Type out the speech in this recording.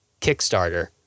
Kickstarter